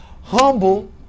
humble